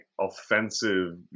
offensive